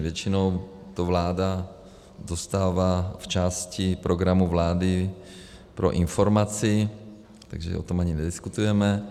Většinou to vláda dostává v části programu vlády pro informaci, takže o tom ani nediskutujeme.